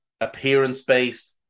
appearance-based